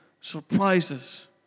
surprises